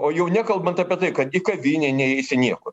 o jau nekalbant apie tai kad į kavinę neįeisi niekur